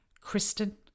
kristen